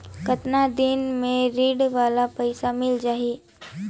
कतना दिन मे ऋण वाला पइसा मिल जाहि?